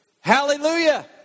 Hallelujah